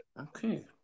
Okay